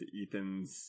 Ethan's